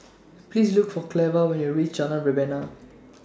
Please Look For Cleva when YOU REACH Jalan Rebana